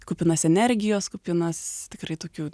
kupinas energijos kupinas tikrai tokių